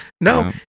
No